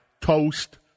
Toast